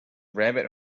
rabbit